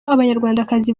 abanyarwandakazi